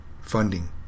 funding